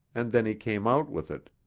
and then he came out with it,